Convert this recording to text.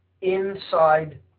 inside